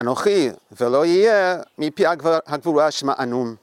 אנוכי, זה לא יהיה מפי הגבורה שמענו.